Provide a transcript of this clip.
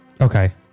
Okay